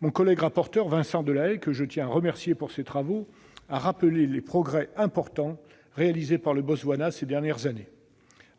Mon collègue rapporteur, Vincent Delahaye, que je tiens à remercier pour ses travaux, a rappelé les progrès importants réalisés par le Botswana ces dernières années.